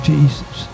Jesus